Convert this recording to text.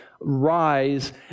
rise